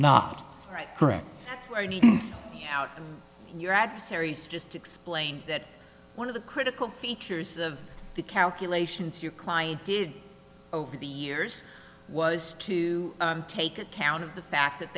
not right correct your adversaries just explain that one of the critical features of the calculations your client did over the years was to take account of the fact that